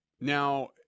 Now